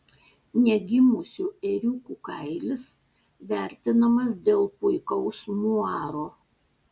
negimusių ėriukų kailis vertinamas dėl puikaus muaro